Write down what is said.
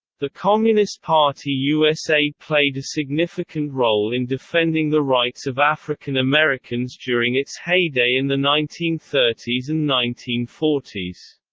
the communist party usa played a significant role in defending the rights of african americans during its heyday in the nineteen thirty s and nineteen forty s.